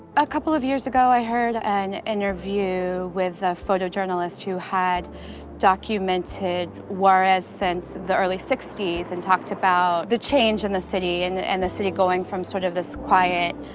a couple of years ago i heard an interview with a photojournalist who had documented documented juarez since the early sixties and talked about the change in the city and the and the city going from sort of this quiet